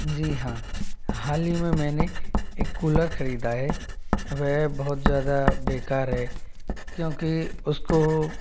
जी हाँ हाल ही में मैंने एक कूलर खरीदा है वह बहुत ज़्यादा बेकार है क्योंकि उसको